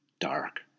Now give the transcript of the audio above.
dark